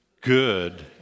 good